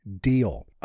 deal